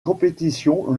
compétition